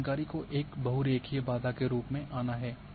इस जानकारी को एक बहुरेखीय बाधा के रूप में आना है